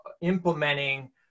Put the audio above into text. implementing